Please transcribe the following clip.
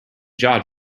jaw